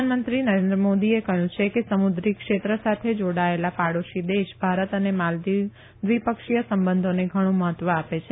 પ્રધાનમંત્રી નરેન્દ્ર મોદીએ કહયું કે સમુદ્રી ક્ષેત્ર સાથે જાડાયેલા પાડોશી દેશ ભારત અને માલદીવ દ્વિપક્ષીય સંબંધોને ઘણુ મહત્વ આપે છે